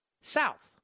south